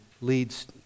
leads